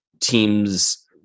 teams